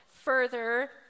further